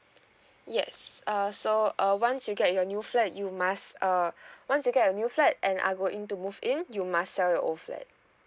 yes uh so uh once you get your new flat you must uh once you get a new flat and are going to move in you must sell your old flat